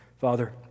Father